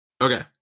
Okay